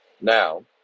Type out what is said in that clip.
Now